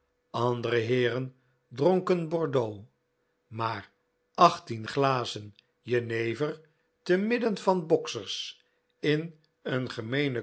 andere heeren dronken bordeaux maar achttien glazen jenever te midden van boksers in een